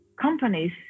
companies